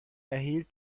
erhielt